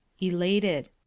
Elated